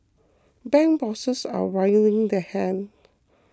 bank bosses are wringing their hands